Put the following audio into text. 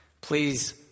Please